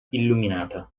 illuminata